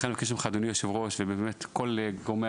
לכן אני מבקש ממך, אדוני היושב-ראש, ומכל גורמי